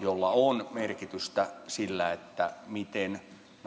joilla on merkitystä siinä miten